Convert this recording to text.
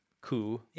coup